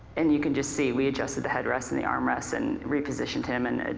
and you can just see we adjusted the headrest and the armrest and repositioned him and,